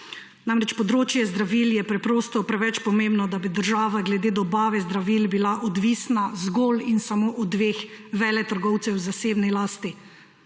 Področje zdravil je namreč preprosto preveč pomembno, da bi bila država glede dobave zdravil odvisna zgolj in samo od dveh veletrgovcev v zasebni lasti.